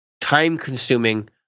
time-consuming